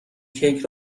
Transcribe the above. کیک